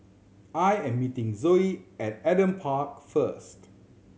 I am meeting Zoie at Adam Park first